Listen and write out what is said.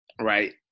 right